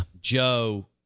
Joe